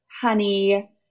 honey